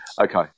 Okay